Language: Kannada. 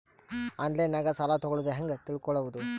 ಆನ್ಲೈನಾಗ ಸಾಲ ತಗೊಳ್ಳೋದು ಹ್ಯಾಂಗ್ ತಿಳಕೊಳ್ಳುವುದು?